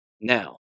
Now